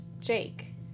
Jake